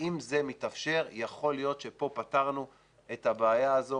ואם זה מתאפשר יכול להיות שפה פתרנו את הבעיה הזו,